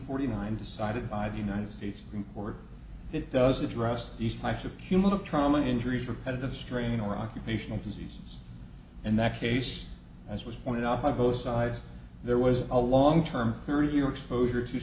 forty nine decided by the united states report it does address these types of human of trauma injuries repetitive strain or occupational disease and that case as was pointed out by both sides there was a long term thirty year exposure to